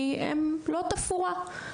כי הם לא תפאורה.